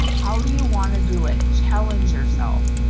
how do you wanna do it? challenge yourself.